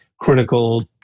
critical